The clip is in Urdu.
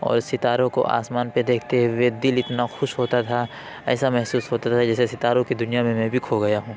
اور ستاروں کو آسمان پہ دیکھتے ہوئے دل اتنا خوش ہوتا تھا ایسا محسوس ہوتا تھا جیسے ستاروں کی دنیا میں میں بھی کھو گیا ہوں